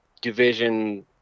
division